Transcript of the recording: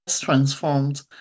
transformed